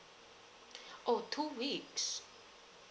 oh two weeks